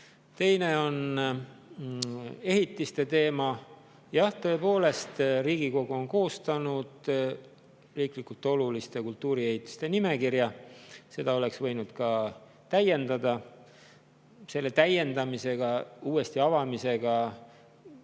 Teine on ehitiste teema. Jah, tõepoolest, Riigikogu on koostanud riiklikult oluliste kultuuriehitiste nimekirja. Seda oleks võinud ka täiendada. Selle täiendamisega, [nimekirja] uuesti avamisega